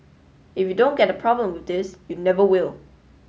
if you don't get the problem this you never will